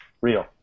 Real